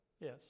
Yes